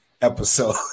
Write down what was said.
episode